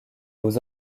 aux